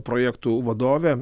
projektų vadovė